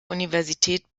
universität